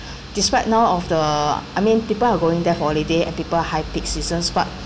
despite now of the I mean people are going there for holiday and people high peak seasons but